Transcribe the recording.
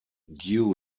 due